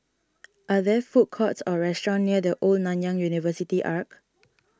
are there food courts or restaurants near the Old Nanyang University Arch